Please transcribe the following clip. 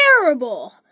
terrible